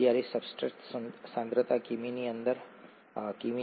હવે જ્યારે સબસ્ટ્રેટ સાંદ્રતા કિ